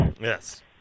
Yes